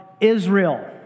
Israel